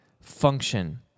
function